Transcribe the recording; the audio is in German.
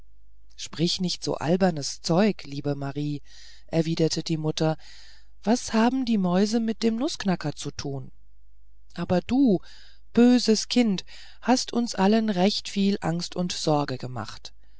sprich nicht solch albernes zeug liebe marie erwiderte die mutter was haben die mäuse mit dem nußknacker zu tun aber du böses kind hast uns allen recht viel angst und sorge gemacht